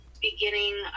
beginning